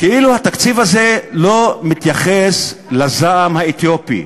התקציב הזה לא מתייחס לזעם האתיופי,